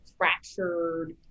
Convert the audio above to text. fractured